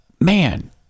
man